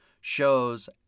shows